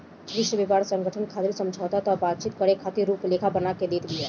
विश्व व्यापार संगठन व्यापार खातिर समझौता पअ बातचीत करे खातिर रुपरेखा बना के देत बिया